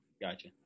Gotcha